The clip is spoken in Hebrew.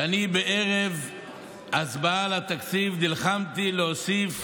בערב ההצבעה על התקציב נלחמתי להוסיף